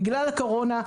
בגלל הקורונה.